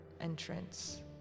entrance